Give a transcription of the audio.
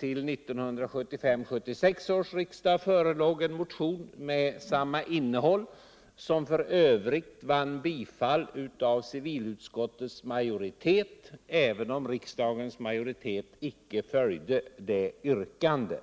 Vid 1975/76 års riksdag väcktes en motion med samma innehåll, vilken f.ö. tillstyrktes av civilutskottets majoritet, även om riksdagens majoritet icke följde utskottets hemställan.